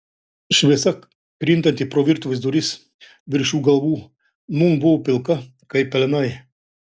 šviesa krintanti pro virtuvės duris virš jų galvų nūn buvo pilka kaip pelenai